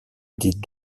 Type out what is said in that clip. des